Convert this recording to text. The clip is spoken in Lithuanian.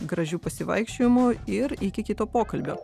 gražių pasivaikščiojimų ir iki kito pokalbio